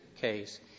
case